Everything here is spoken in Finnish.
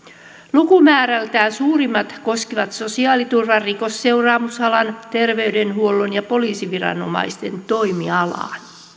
lukumäärältään suurimmat koskivat sosiaaliturvan rikosseuraamusalan terveydenhuollon ja poliisiviranomaisten toimialaa